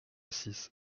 six